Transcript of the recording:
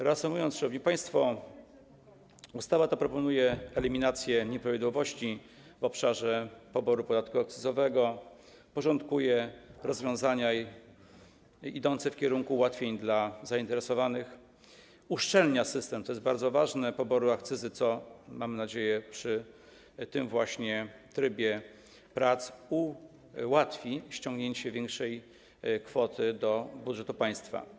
Reasumując, szanowni państwo, w ustawie tej proponuje się eliminację nieprawidłowości w obszarze poboru podatku akcyzowego, porządkuje się rozwiązania idące w kierunku ułatwień dla zainteresowanych, uszczelnia się system, co jest bardzo ważne, poboru akcyzy, co - mam nadzieję - przy tym trybie prac ułatwi ściągnięcie większej kwoty do budżetu państwa.